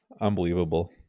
unbelievable